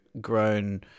grown